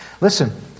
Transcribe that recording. Listen